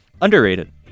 Underrated